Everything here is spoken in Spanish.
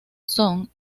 son